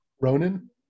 Ronan